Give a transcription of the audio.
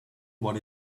what